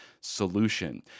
Solution